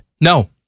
No